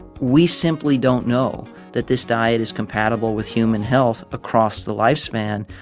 we simply don't know that this diet is compatible with human health across the lifespan.